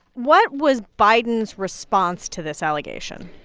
what was biden's response to this allegation?